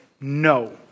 No